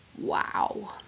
Wow